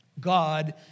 God